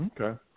Okay